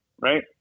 right